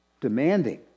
Demanding